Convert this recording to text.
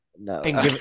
no